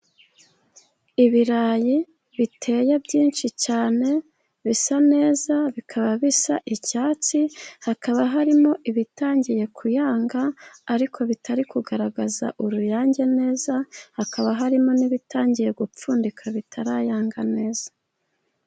Ibirayi biteye byinshi cyane bisa neza, bikaba bisa icyatsi hakaba harimo ibitangiye kuyanga, ariko bitari kugaragaza uruyange neza. Hakaba harimo n'ibitangiye gupfundika bitarayanga neza.